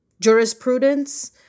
jurisprudence